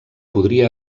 podria